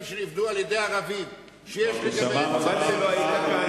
שנבנו על-ידי ערבים ויש לגביהם צו הריסה,